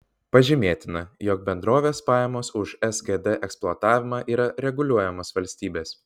pažymėtina jog bendrovės pajamos už sgd eksploatavimą yra reguliuojamos valstybės